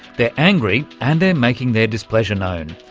they're angry and they're making their displeasure known,